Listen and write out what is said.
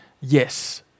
yes